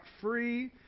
free